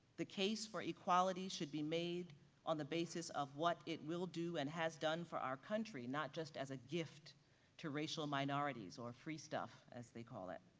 the case for equality should be made on the basis of what it will do and has done for our country, not just as a gift to racial minorities or free stuff, as they call it.